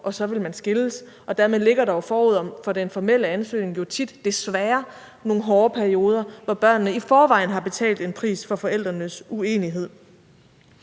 og så vil skilles. Dermed ligger der forud for den formelle ansøgning jo desværre tit nogle hårde perioder, hvor børnene i forvejen har betalt en pris for forældrenes uenighed.